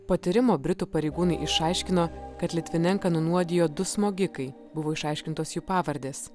po tyrimo britų pareigūnai išaiškino kad litvinenką nunuodijo du smogikai buvo išaiškintos jų pavardės